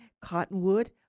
cottonwood